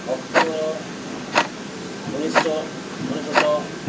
October ଉଣେଇଶି ଶହ ଅନେଶତ